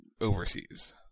overseas